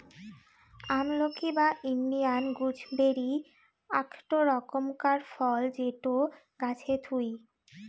আমলকি বা Indian gooseberry আকটো রকমকার ফল যেটো গাছে থুই